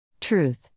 TRUTH